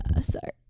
Sorry